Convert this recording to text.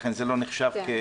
ולכן זה לא נחשב כפרישה.